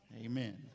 Amen